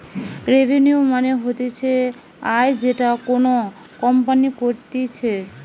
revenue মানে হতিছে আয় যেটা কোনো কোম্পানি করতিছে